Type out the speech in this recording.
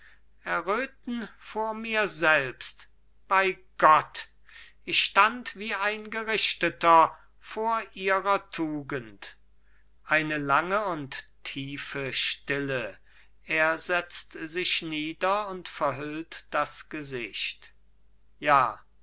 erröten vor mir selbst bei gott ich stand wie ein gerichteter vor ihrer tugend eine lange und tiefe stille er setzt sich nieder und verhüllt das gesicht ja